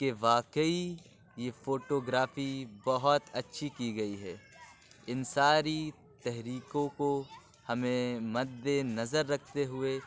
کہ واقعی یہ فوٹو گرافی بہت اچھی کی گئی ہے اِن ساری تحریکوں کو ہمیں مدِ نظر رکھتے ہوئے